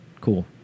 cool